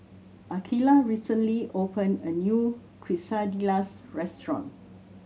Akeelah recently opened a new Quesadillas restaurant